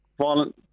violent